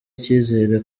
icyizere